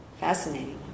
fascinating